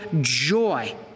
joy